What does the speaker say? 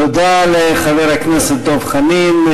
תודה לחבר הכנסת דב חנין.